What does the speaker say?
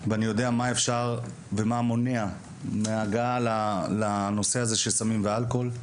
ואני יודע מה אפשר ומה מונע מההגעה לנושא הזה של סמים ואלכוהול.